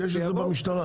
יש את זה במשטרה.